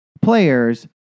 players